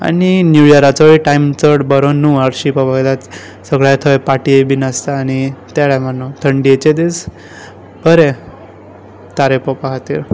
आनी न्यू यराचोय टायम चड बरो न्हू हरशीं पळोवपाक गेल्यार सगळ्या थंय पाटये बीन आसता आनी त्या टायमार न्हू थंडेचे दीस बरे तारे पळोवपा खातीर